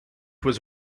was